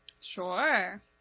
Sure